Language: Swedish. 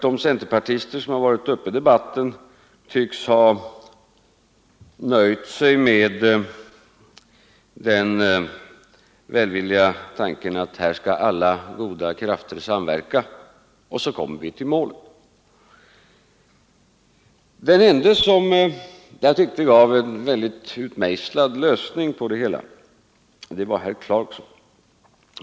De centerpartister som varit uppe i debatten tycks nöja sig med den välvilliga tanken att här skall alla goda krafter samverka, och så kommer vi till målet. Den ende som jag tyckte gav en mycket utmejslad lösning på det hela var herr Clarkson.